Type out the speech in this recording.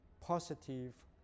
positive